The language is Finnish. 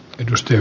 edusti